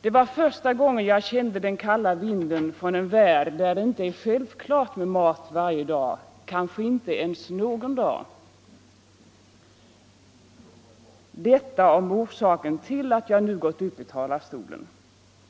Det var första gången jag kände den kalla vinden från en värld där det inte är självklart med mat varje dag, kanske inte ens någon dag. Så långt om orsaken till att jag nu gått upp i talarstolen.